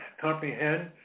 comprehend